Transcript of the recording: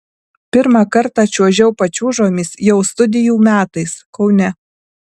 pirmą kartą čiuožiau pačiūžomis jau studijų metais kaune